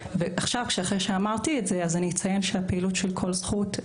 לאחר שאמרתי את זה אני אציין את המודל שלנו ב"כל זכות".